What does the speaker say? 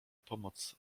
pomoc